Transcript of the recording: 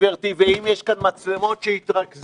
גברתי ואם יש כאן מצלמות שיתרכזו